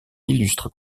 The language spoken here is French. illustre